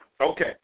Okay